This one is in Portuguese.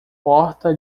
porta